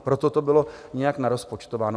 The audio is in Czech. Proto to bylo nějak narozpočtováno.